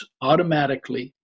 automatically